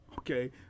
Okay